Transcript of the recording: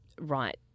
right